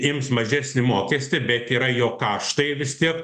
ims mažesnį mokestį bet yra jo kaštai vis tiek